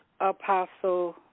Apostle